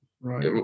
Right